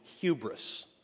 hubris